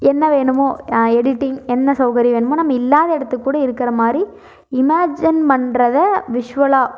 என்ன வேணுமோ எடிடிங் என்ன சௌகரியம் வேணுமோ நம்ம இல்லாத எடுத்துக்கூட இருக்கிற மாதிரி இமாஜன் பண்ணுறத விஷ்வலாக